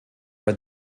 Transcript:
are